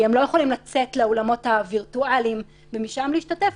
הם לא יכולים לצאת לאולמות הווירטואליים ומשם להשתתף,